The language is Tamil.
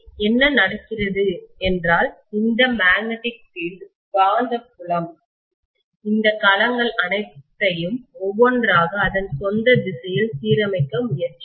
எனவே என்ன நடக்கப் போகிறது என்றால் இந்த மேக்னெட்டிக் பீல்டு காந்தப்புலம் இந்த களங்கள் அனைத்தையும் ஒவ்வொன்றாக அதன் சொந்த திசையில் சீரமைக்க முயற்சிக்கும்